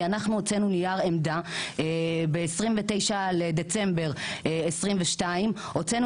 כי אנחנו הוצאנו נייר עמדה ב-29 בדצמבר 2022. הוצאנו